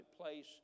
place